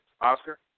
Oscar